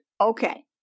Okay